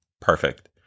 Perfect